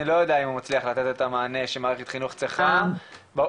לא יודע אם הוא מצליח לתת את המענה שמערכת חינוך צריכה --- סליחה,